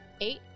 Eight